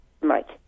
Mike